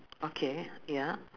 okay ya